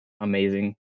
amazing